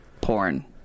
porn